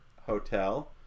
hotel